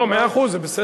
לא, מאה אחוז, זה בסדר.